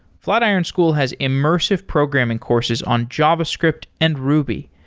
flatiron school has immersive programming courses on javascript and ruby,